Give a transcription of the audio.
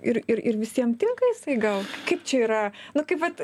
ir ir ir visiem tinka jisai gal kaip čia yra nu kaip vat